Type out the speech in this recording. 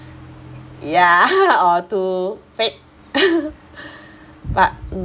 ya or too fake but mm